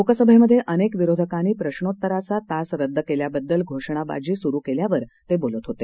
लोकसभेमध्ये अनेक विरोधकांनी प्रश्नोत्तराचा तास रद्द केल्याबद्दल घोषणाबाजी सुरु केल्यावर ते बोलत होते